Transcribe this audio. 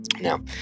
Now